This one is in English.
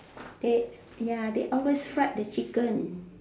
they ya they always fried the chicken